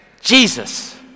Jesus